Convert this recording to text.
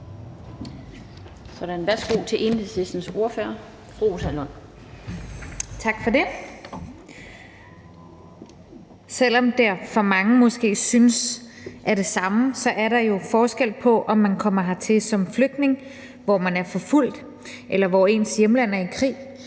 Rosa Lund. Kl. 15:12 (Ordfører) Rosa Lund (EL): Tak for det. Selv om det for mange måske synes at være det samme, er der jo forskel på, om man kommer hertil som flygtning, fordi man er forfulgt eller ens hjemland er i krig,